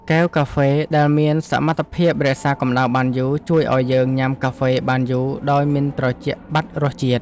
កែវកាហ្វេ ដែលមានសមត្ថភាពរក្សាកម្ដៅបានយូរ ជួយឱ្យយើងញ៉ាំកាហ្វេបានយូរដោយមិនត្រជាក់បាត់រសជាតិ។